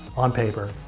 on paper,